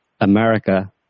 America